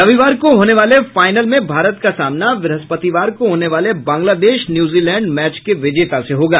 रविवार को होते वाले फाइनल में भारत का सामना ब्रहस्पतिवार को होने वाले बांग्लादेश न्यूजीलैंड मैच के विजेता से होगा